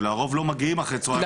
הרוב לא מגיעים אחרי צוהריים,